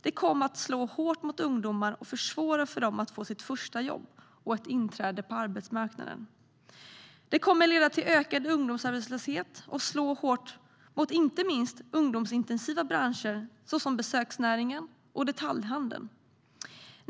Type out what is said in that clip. Det kommer att slå hårt mot ungdomar och försvåra för dem att få sitt första jobb och ett inträde på arbetsmarknaden. Det kommer att leda till ökad ungdomsarbetslöshet och slå hårt mot inte minst ungdomsintensiva branscher såsom besöksnäringen och detaljhandeln.